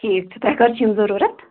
ٹھیٖک چھُ تۄہہِ کَر چھِ یِم ضروٗرت